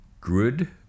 Good